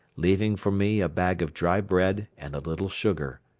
leaving for me a bag of dry bread and a little sugar.